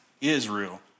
Israel